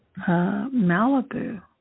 Malibu